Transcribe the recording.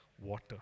water